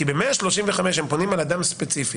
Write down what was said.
כי ב-135 הם פונים לאדם ספציפי,